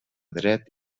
dret